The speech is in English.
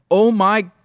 oh my.